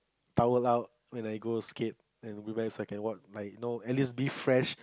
towel out when I go skate and like you know at least be fresh